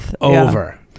over